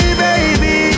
baby